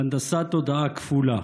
בהנדסת תודעה כפולה: